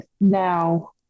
now